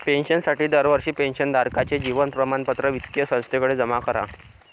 पेन्शनसाठी दरवर्षी पेन्शन धारकाचे जीवन प्रमाणपत्र वित्तीय संस्थेकडे जमा करा